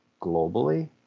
globally